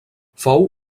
fou